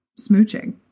smooching